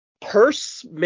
purse